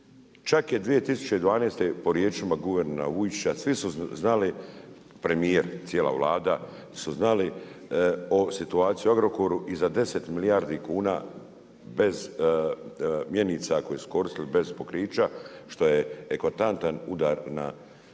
Čak je 2012. po riječima guvernera Vujčića svi su znali premijer, cijela vlada su znali situaciju u Agrokoru i za 10 milijardi kuna bez mjenica koje su koristili bez pokrića što je eklatantan udar na